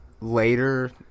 later